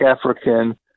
African